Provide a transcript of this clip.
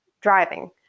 driving